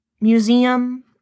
museum